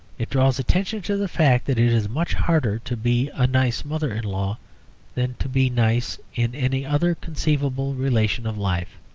it draws attention to the fact that it is much harder to be a nice mother-in-law than to be nice in any other conceivable relation of life.